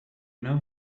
know